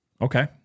Okay